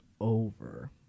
over